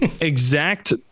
Exact